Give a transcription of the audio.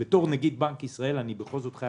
בתור נגיד בנק ישראל אני בכל זאת צריך